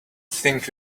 think